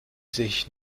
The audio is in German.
sich